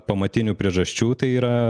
pamatinių priežasčių tai yra